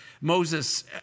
Moses